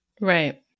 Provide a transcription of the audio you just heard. Right